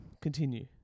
Continue